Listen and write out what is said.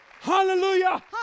Hallelujah